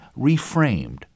reframed